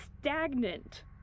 stagnant